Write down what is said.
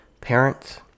Parents